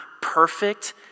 perfect